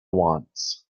wants